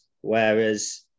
whereas